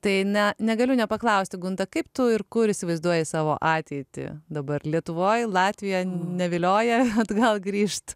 tai ne negaliu nepaklausti gunta kaip tu ir kur įsivaizduoji savo ateitį dabar lietuvoj latvija nevilioja atgal grįžt